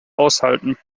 aushalten